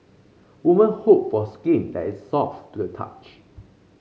woman hope for skin that is soft to the touch